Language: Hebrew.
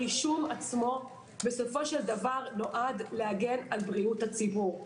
הרישום עצמו בסופו של דבר נועד להגן על בריאות הציבור.